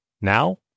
Now